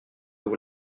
vous